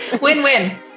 Win-win